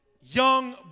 young